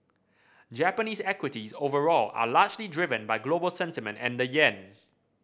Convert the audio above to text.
Japanese equities overall are largely driven by global sentiment and the yen